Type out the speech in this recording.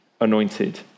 anointed